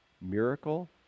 miracle